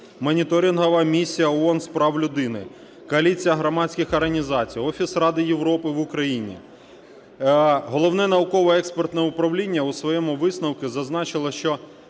Моніторинговою місією ООН з прав людини, Коаліцією громадських організацій, Офісом Ради Європи в Україні. Головне науково-експертне управління у своєму висновку зазначило, що